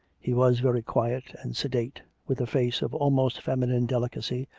he was very quiet and sedate, with a face of almost feminine deli cacy,